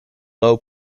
low